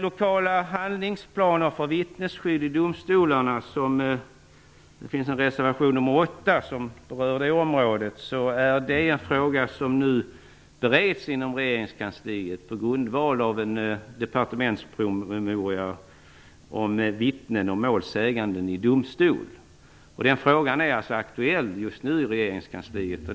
Lokala handlingsplaner för vittnesskydd i domstolarna, som reservation nr 8 berör, är en fråga som nu bereds inom regeringskansliet på grundval av en departementspromemoria om vittnen och målsägande i domstol. Den frågan är alltså aktuell just nu i regeringskansliet.